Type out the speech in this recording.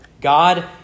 God